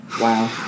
Wow